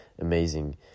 amazing